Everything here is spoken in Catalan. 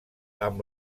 amb